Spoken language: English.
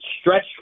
stretch